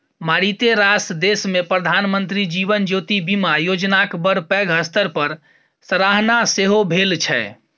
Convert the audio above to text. मारिते रास देशमे प्रधानमंत्री जीवन ज्योति बीमा योजनाक बड़ पैघ स्तर पर सराहना सेहो भेल छै